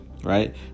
Right